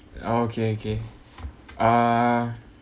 oh okay okay ah